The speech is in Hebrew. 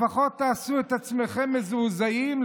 לפחות תעשו את עצמכם מזועזעים.